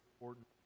important